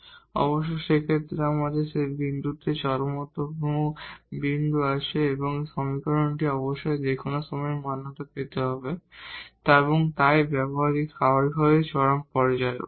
dy dx 0 অতএব সেই ক্ষেত্রে আমাদের যেই বিন্দুতে বিন্দু আছে এই সমীকরণটি অবশ্যই যেকোনো সময়ে মান্যতা পেতে হবে তাই স্বাভাবিকভাবেই এক্সট্রিমা পর্যায়েও